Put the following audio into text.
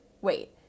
wait